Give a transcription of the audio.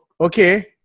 Okay